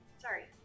Sorry